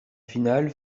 final